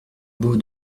beau